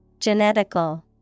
Genetical